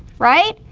right?